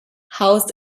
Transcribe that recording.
housed